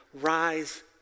rise